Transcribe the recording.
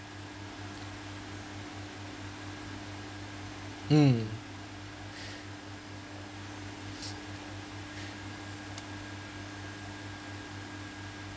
mm